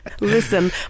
Listen